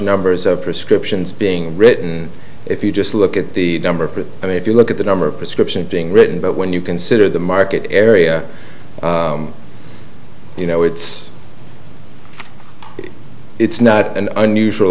numbers of prescriptions being written if you just look at the numbers but i mean if you look at the number of prescriptions being written but when you consider the market area you know it's it's not an unusual